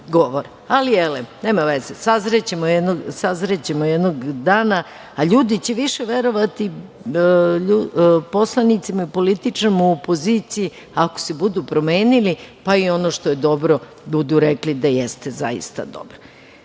elem, nema veze, sazrećemo jednog dana. Ali, ljudi će više verovati poslanicima i političarima u opoziciji ako se budu promenili, pa i za ono što je dobro budu rekli da jeste zaista dobro. Ne